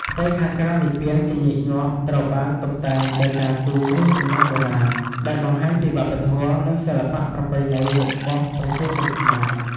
ផ្ទៃខាងក្រៅនៃពាងជាញឹកញាប់ត្រូវបានតុបតែងដោយការគូរ ឬសំណង់បុរាណ ដែលបង្ហាញពីវប្បធម៌ និងសិល្បៈប្រពៃណីរបស់ប្រជាជនខ្មែរ។